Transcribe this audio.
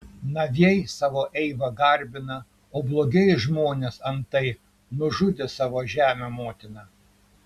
naviai savo eivą garbina o blogieji žmonės antai nužudė savo žemę motiną